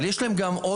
אבל יש להם עוד,